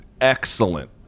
excellent